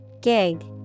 Gig